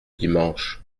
dimanche